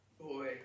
boy